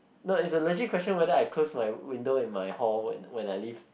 no it's a legit question whether I close my window in my hall when when I leave